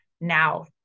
now